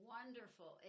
Wonderful